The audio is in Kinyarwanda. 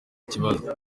ikibazo